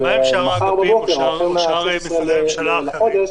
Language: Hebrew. ומחר בבוקר, החל מה-16 בחודש,